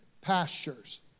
pastures